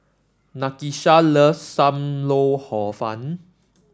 Nakisha loves Sam Lau Hor Fun